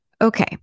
Okay